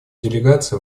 делегация